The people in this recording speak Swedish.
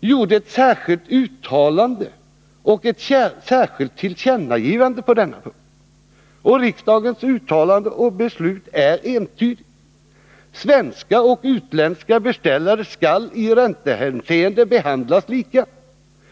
gjorde alltså ett särskilt uttalande och ett särskilt tillkännagivande på denna punkt. Riksdagens uttalande och beslut är entydiga. Svenska och utländska beställare skall i räntehänseende behandlas lika.